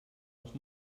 les